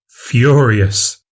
furious